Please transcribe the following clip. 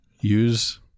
use